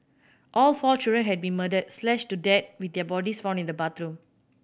all four children had been murdered slashed to death with their bodies found in the bathroom